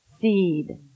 seed